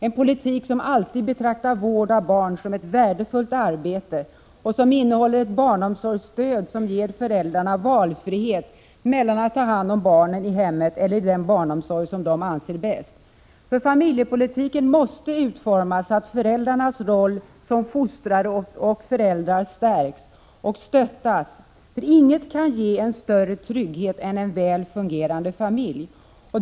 En politik som alltid betraktar vård av barn som ett värdefullt arbete och som innehåller ett barnomsorgsstöd som ger föräldrarna frihet att välja mellan att ta hand om barnen i hemmen eller den barnomsorg som de anser vara bäst. Familjepolitiken måste utformas så att föräldrarnas roll som fostrare stärks och stöttas. Inget kan ge en större trygghet än en väl fungerande familj.